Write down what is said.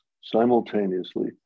simultaneously